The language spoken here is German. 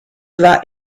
war